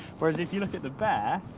whereas, if you look at the bear,